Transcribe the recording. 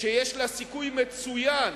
שיש לה סיכוי מצוין